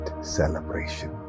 celebration